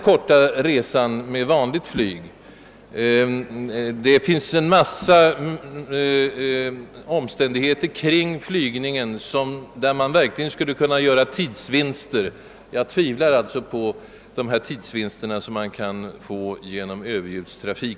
Det finns ju alltjämt en mängd olika moment i samband med ordinär flygning, där man genom rationaliseringar verkligen skulle kunna göra stora tidsvinster. Jag tvivlar därför på värdet av de tidsbesparingar som överljudstrafiken som sådan skulle medföra.